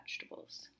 vegetables